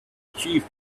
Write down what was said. achieve